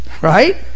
right